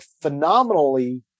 phenomenally